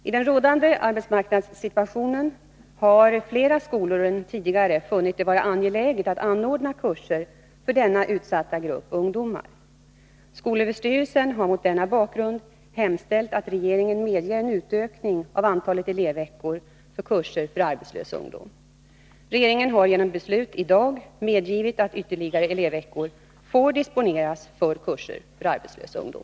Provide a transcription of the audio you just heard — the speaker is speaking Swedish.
I den rådande arbetsmarknadssituationen har flera skolor än tidigare funnit det vara angeläget att anordna kurser för denna utsatta grupp ungdomar. Skolöverstyrelsen har mot den bakgrunden hemställt att regeringen medger en utökning av antalet elevveckor för kurser för arbetslös ungdom. Regeringen har genom beslut i dag medgivit att ytterligare elevveckor får disponeras för kurser för arbetslös ungdom.